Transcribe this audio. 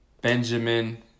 Benjamin